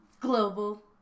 Global